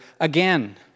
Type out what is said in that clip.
again